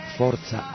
forza